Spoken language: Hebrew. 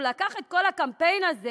הוא לקח את כל הקמפיין הזה